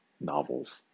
novels